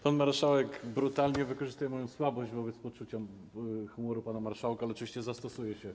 Pan marszałek brutalnie wykorzystuje moją słabość wobec poczucia humoru pana marszałka, ale oczywiście zastosuję się.